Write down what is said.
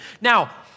Now